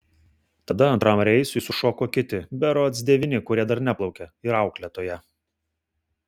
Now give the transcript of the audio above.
tada antram reisui sušoko kiti berods devyni kurie dar neplaukė ir auklėtoja